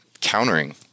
countering